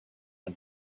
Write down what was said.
and